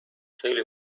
خیلی